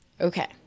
Okay